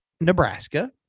Nebraska